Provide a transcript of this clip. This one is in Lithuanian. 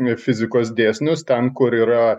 fizikos dėsnius ten kur yra